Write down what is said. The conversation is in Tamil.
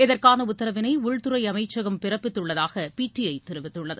இதற்கான உத்தரவினை உள்துறை அமைச்சகம் பிறப்பித்துள்ளதாக பிடிஐ தெரிவித்துள்ளது